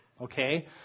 okay